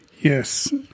Yes